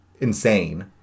insane